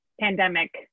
pandemic